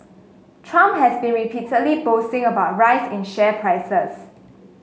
Trump has been repeatedly boasting about rise in share prices